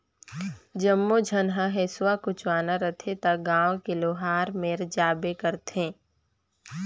जम्मो झन ह हेसुआ कुचवाना रहथे त गांव के लोहार मेर जाबे करथे